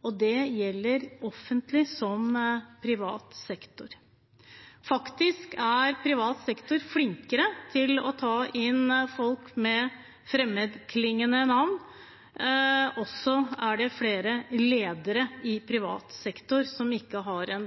og det gjelder offentlig som privat sektor. Faktisk er privat sektor flinkere til å ta inn folk med fremmedklingende navn, og det er også flere ledere i privat sektor som ikke har en